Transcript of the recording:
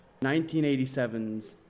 1987's